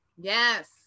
Yes